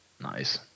Nice